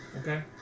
Okay